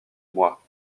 moi